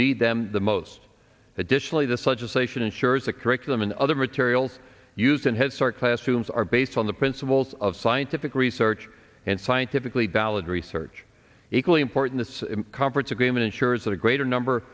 need them the most additionally this legislation ensures the curriculum and other materials used in headstart classrooms are based on the principles of scientific research and scientifically valid research equally important it's conference agreement ensures that a greater number